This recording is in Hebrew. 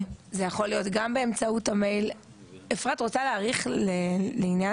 אפרת רוצה להאריך לעניין השאלות שלה לגבי ההזדהות?